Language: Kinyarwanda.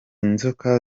nzoka